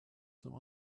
some